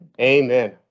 Amen